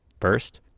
First